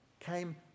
came